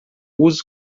uso